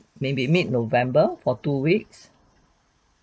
maybe mid november for two weeks